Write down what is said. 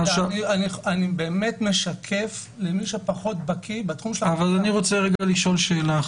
אני באמת משקף למי שפחות בקיא בתחום --- אבל אני רוצה רגע לשאול שאלה.